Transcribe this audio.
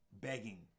begging